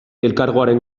elkargoaren